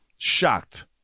Shocked